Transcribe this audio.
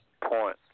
Point